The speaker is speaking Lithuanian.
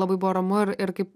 labai buvo ramu ir ir kaip